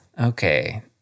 Okay